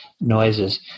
noises